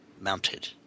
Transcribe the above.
mounted